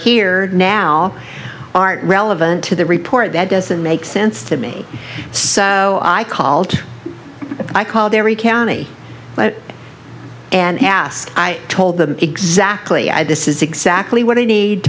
here now aren't relevant to the report that doesn't make sense to me so i called i called every county and ask i told them exactly this is exactly what i need to